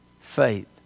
faith